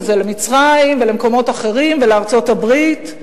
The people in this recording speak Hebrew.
למצרים ולמקומות אחרים ולארצות-הברית,